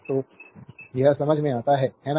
तो यह समझ में आता है है ना